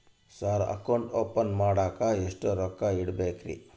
Sir account open ಮಾಡಾಕ ಎಷ್ಟು ರೊಕ್ಕ ಇಡಬೇಕ್ರಿ?